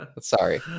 Sorry